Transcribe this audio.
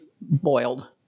boiled